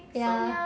ya